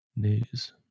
News